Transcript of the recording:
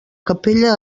capella